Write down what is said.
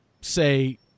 say